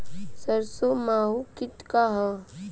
सरसो माहु किट का ह?